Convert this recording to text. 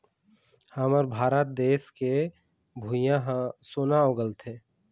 हमर भारत देस के भुंइयाँ ह सोना उगलथे